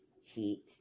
heat